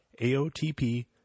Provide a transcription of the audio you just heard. AOTP